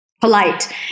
polite